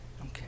Okay